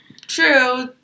True